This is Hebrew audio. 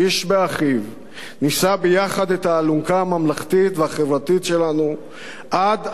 נישא ביחד את האלונקה הממלכתית והחברתית שלנו עד אשר יימצא מזור,